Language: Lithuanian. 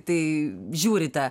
tai žiūrite